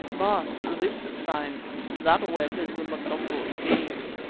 baas, this sign that web is the motombo's cave.